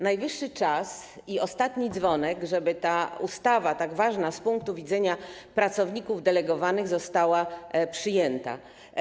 Najwyższy czas i ostatni dzwonek, żeby ta ustawa, tak ważna z punktu widzenia pracowników delegowanych, została przyjęta.